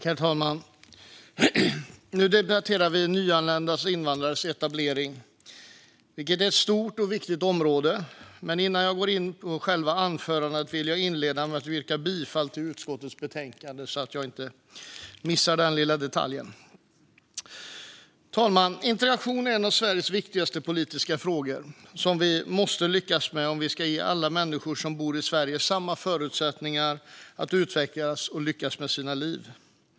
Herr talman! Nu debatterar vi nyanländas och invandrares etablering, vilket är ett stort och viktigt område. Innan jag går in på själva anförandet vill jag inleda med att yrka bifall till utskottets förslag i betänkandet. Herr talman! Integration är en av Sveriges viktigaste politiska frågor, som vi måste lyckas med om vi ska ge alla människor som bor i Sverige samma förutsättningar att utvecklas och lyckas med sina liv.